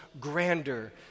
grander